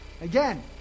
Again